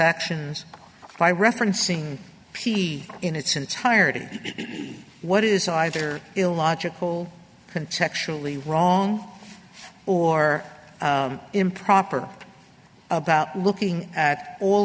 actions by referencing p in its entirety what is either illogical conceptually wrong or improper about looking at all